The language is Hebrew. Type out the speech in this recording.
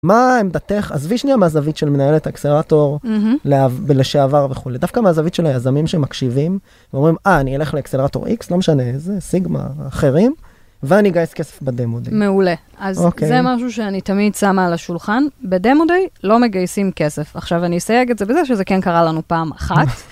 מה עמדתך? עזבי שנייה מהזווית של מנהלת האקסלרטור לשעבר וכו'. דווקא מהזווית של היזמים שמקשיבים, ואומרים, אה, אני אלך לאקסלרטור X, לא משנה איזה סיגמה, אחרים, ואני אגייס כסף בדמודיי. מעולה. אז זה משהו שאני תמיד שמה על השולחן, בדמודיי לא מגייסים כסף. עכשיו אני אסייג את זה בזה שזה כן קרה לנו פעם אחת.